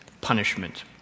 punishment